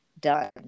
done